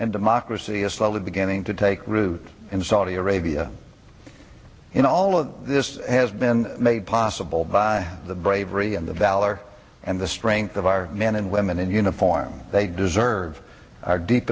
and democracy is slowly beginning to take root in saudi arabia in all of this has been made possible by the bravery and the valor and the strength of our men and women in uniform they deserve our deep